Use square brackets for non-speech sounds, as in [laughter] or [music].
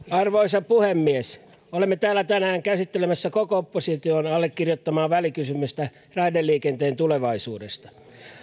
[unintelligible] arvoisa puhemies olemme täällä tänään käsittelemässä koko opposition allekirjoittamaa välikysymystä raideliikenteen tulevaisuudesta